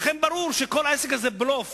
לכן ברור שכל העסק הזה הוא בלוף.